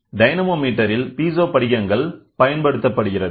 டைனமோமீட்டரில் piezo படிகங்கள் பயன்படுத்தப்படுகிறது